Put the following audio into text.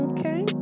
Okay